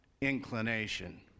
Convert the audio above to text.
inclination